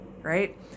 right